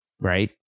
right